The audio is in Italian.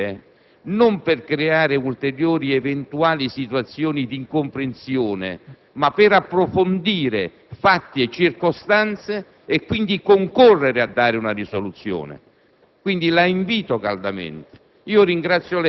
perché avvertiamo la necessità di intervenire, non per creare ulteriori eventuali motivi di incomprensione, ma per approfondire fatti e circostanze e per concorrere a fornire una risoluzione.